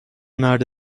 مرد